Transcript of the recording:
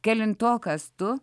kelintokas tu